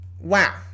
Wow